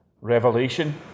Revelation